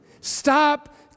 Stop